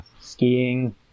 skiing